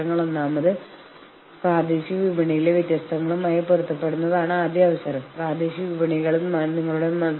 കാരണം അത് ദുർബലമായ കമ്പനിക്ക് ഗുരുതരമായ സാമ്പത്തിക നാശമുണ്ടാക്കാൻ സാധ്യതയുണ്ട്